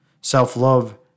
Self-love